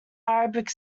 arabic